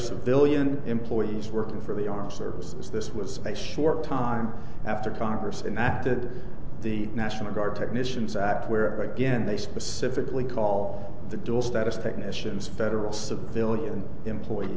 civilian employees working for the armed services this was a short time after congress enacted the national guard technicians act where again they specifically call the dual status technicians federal civilian employee